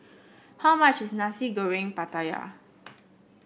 how much is Nasi Goreng Pattaya